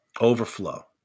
overflow